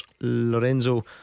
Lorenzo